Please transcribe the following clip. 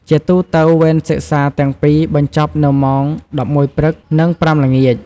ជាទូទៅវេនសិក្សាទាំងពីរ បញ្ចប់នៅម៉ោង ១១ព្រឹក និង ៥ ល្ងាច។